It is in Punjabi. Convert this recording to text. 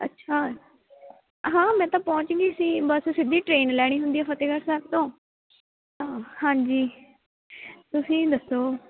ਅੱਛਾ ਹਾਂ ਮੈਂ ਤਾਂ ਪਹੁੰਚ ਗਈ ਸੀ ਬਸ ਸਿੱਧੀ ਟਰੇਨ ਲੈਣੀ ਹੁੰਦੀ ਫਤਿਹਗੜ੍ਹ ਸਾਹਿਬ ਤੋਂ ਹਾਂਜੀ ਤੁਸੀਂ ਦੱਸੋ